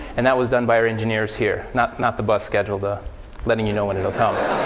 and that was done by our engineers here. not not the bus schedule, the letting you know when it will come.